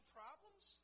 problems